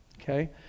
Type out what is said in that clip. Okay